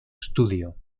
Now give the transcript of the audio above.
studio